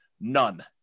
None